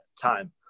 time